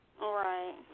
Right